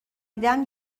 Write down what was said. دیدم